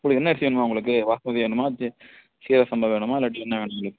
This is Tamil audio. உங்களுக்கு என்ன அரிசி வேணும்மா உங்களுக்கு பாஸ்மதி வேணுமா சீ சீரக சம்பா வேணுமா இல்லாட்டி என்ன வேணும் உங்களுக்கு